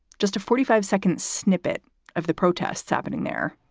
just a forty five second snippet of the protests happening there.